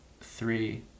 three